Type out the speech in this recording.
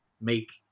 make